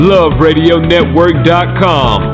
LoveRadioNetwork.com